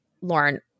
Lauren